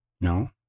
No